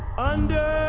under